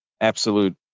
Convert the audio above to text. Absolute